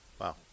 Wow